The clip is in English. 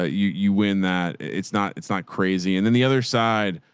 ah you you win that. it's not, it's not crazy. and then the other side,